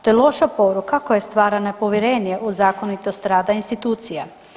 To je loša poruka koja stvara nepovjerenje u zakonitost rada institucija.